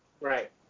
Right